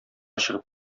чыгып